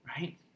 right